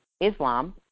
Islam